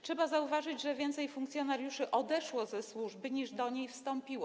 Trzeba zauważyć, że więcej funkcjonariuszy odeszło ze służby, niż do niej wstąpiło.